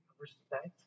respect